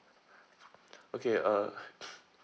okay uh